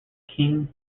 king